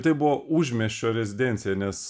tai buvo užmiesčio rezidencija nes